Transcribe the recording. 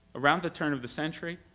around the turn of the century,